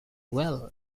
well